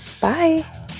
Bye